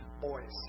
boys